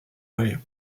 région